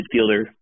midfielder